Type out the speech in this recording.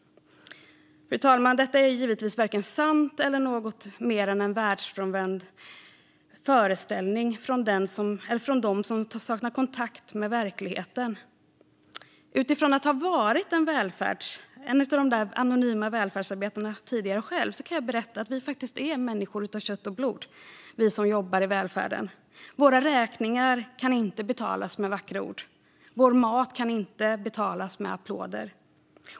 Fru talman! Detta är givetvis varken sant eller något mer än en världsfrånvänd föreställning från dem som saknar kontakt med verkligheten. Utifrån min erfarenhet av att själv ha varit en av dessa anonyma välfärdsarbetare kan jag faktiskt berätta att vi som jobbar i välfärden är människor av kött och blod. Våra räkningar kan inte betalas med vackra ord. Vår mat kan inte betalas med applåder.